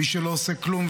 מי שלא עושה כלום,